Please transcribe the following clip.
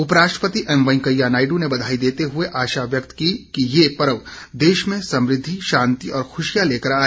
उपराष्ट्रपति एम वैंकेया नायडू ने बधाई देते हुए आशा व्यक्त कि ये पर्व देश में समुद्धि शांति और खुशियां लेकर आए